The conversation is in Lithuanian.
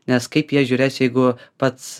nes kaip jie žiūrės jeigu pats